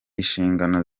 inshingano